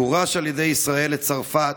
גורש על ידי ישראל לצרפת,